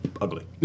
ugly